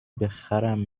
بخرم